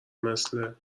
مثل